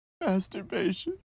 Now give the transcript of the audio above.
Masturbation